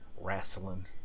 wrestling